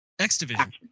X-Division